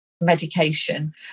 medication